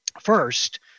First